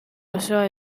osoa